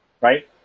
Right